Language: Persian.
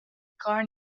کار